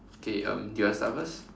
okay um do you want start first